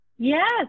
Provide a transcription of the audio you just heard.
Yes